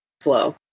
slow